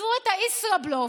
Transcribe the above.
עשו ישראבלוף,